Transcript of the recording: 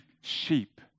sheep